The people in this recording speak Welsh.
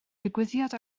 digwyddiad